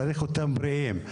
צריך אותם בריאים,